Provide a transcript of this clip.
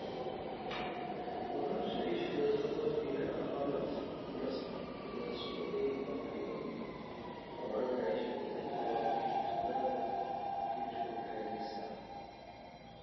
مكرهتش نعيش في بداية بناء الأهرامات في مصر لأن هد السؤال دايما بقا محيرني وطبعا إذ عشت في ديك الوقت عنعرف كفاش تبناو وكفاش كانت الحياة ديك الساعة.